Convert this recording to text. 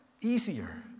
easier